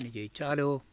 ഇനി ജയിച്ചാലോ